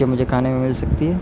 جو مجھے کھانے میں مل سکتی ہے